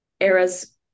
era's